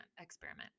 experiment